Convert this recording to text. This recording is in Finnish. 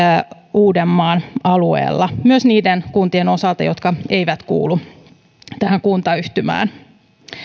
uudenmaan alueella myös niiden kuntien osalta jotka eivät kuulu tähän kuntayhtymään